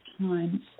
times